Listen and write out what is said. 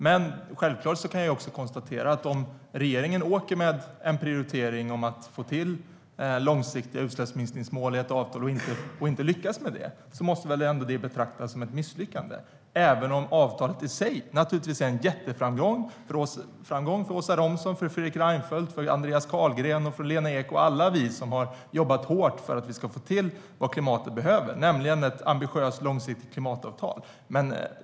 Men jag kan konstatera att om regeringen åker iväg med en prioritering att få till stånd långsiktiga utsläppsminskningsmål i ett avtal och sedan inte lyckas med detta måste det betraktas som ett misslyckande, även om avtalet i sig naturligtvis är en jätteframgång för Åsa Romson, Fredrik Reinfeldt, Andreas Carlgren, Lena Ek och alla oss som har jobbat hårt för att vi ska få till stånd vad klimatet behöver, nämligen ett ambitiöst långsiktigt klimatavtal.